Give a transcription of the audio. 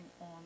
on